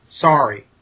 sorry